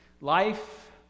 Life